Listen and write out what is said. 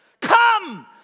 Come